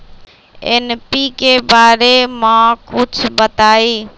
NPK बारे म कुछ बताई?